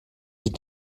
die